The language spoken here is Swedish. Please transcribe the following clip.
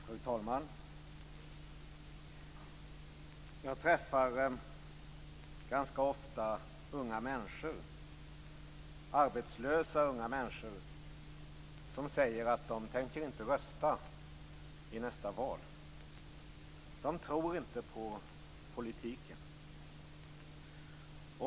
Fru talman! Jag träffar ganska ofta arbetslösa unga människor som säger att de inte tänker rösta i nästa val. De tror inte på politiken.